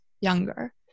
younger